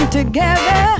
together